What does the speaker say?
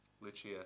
Lucia